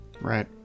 right